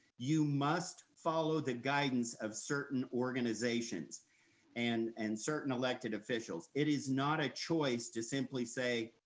you must follow the guidance of certain organizations and and certain elected officials. it is not a choice to simply say,